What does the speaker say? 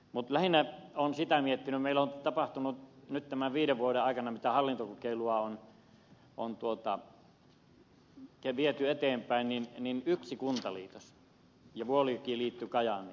mutta lähinnä olen sitä miettinyt kun meillä on tapahtunut nyt tämän viiden vuoden aikana jona hallintokokeilua on viety eteenpäin yksi kuntaliitos vuolijoki liittyi kajaaniin